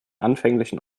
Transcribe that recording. anfänglichen